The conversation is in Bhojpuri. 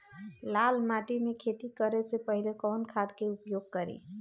लाल माटी में खेती करे से पहिले कवन खाद के उपयोग करीं?